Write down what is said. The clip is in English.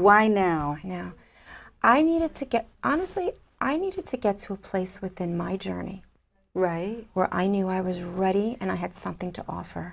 why now now i need to get honestly i need to get to a place within my journey right where i knew i was ready and i had something to offer